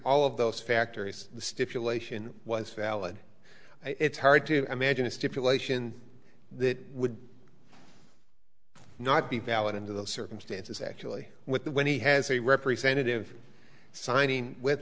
all of those factories the stipulation was valid it's hard to imagine a stipulation that would not be valid into the circumstances actually with the when he has a representative signing with